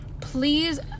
please